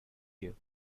you